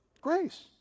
Grace